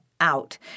out